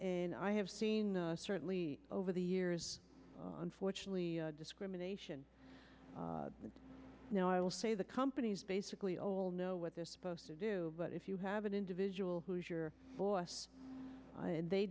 and i have seen certainly over the years unfortunately discrimination but now i will say the companies basically all know what they're supposed to do but if you have an individual who is your boss and they